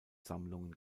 sammlungen